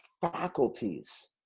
faculties